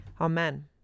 Amen